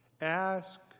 ask